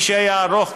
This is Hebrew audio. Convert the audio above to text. מי שהיה ארוך,